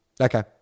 Okay